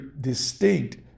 distinct